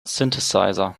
synthesizer